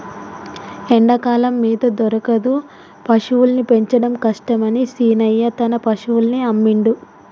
ఎండాకాలం మేత దొరకదు పశువుల్ని పెంచడం కష్టమని శీనయ్య తన పశువుల్ని అమ్మిండు